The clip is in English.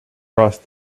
crossed